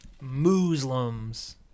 Muslims